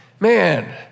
Man